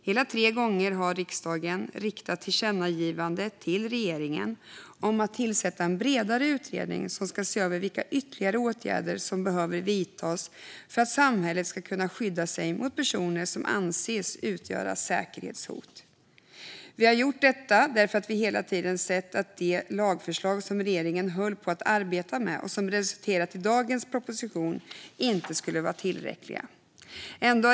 Hela tre gånger har riksdagen riktat tillkännagivanden till regeringen om att man ska tillsätta en bredare utredning som ska se över vilka ytterligare åtgärder som behöver vidtas för att samhället ska kunna skydda sig mot personer som anses utgöra säkerhetshot. Vi har gjort detta därför att vi hela tiden har sett att de lagförslag som regeringen arbetat med, och som resulterat i dagens proposition, inte skulle vara tillräckliga.